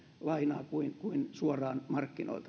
lainaa kuin kuin suoraan markkinoilta